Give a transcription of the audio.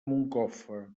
moncofa